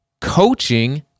coaching